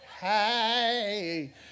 Hey